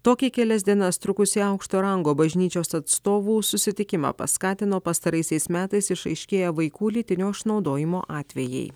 tokį kelias dienas trukusį aukšto rango bažnyčios atstovų susitikimą paskatino pastaraisiais metais išaiškėję vaikų lytinio išnaudojimo atvejai